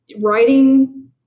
writing